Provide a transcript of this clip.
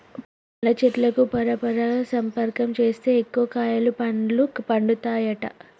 పండ్ల చెట్లకు పరపరాగ సంపర్కం చేస్తే ఎక్కువ కాయలు పండ్లు పండుతాయట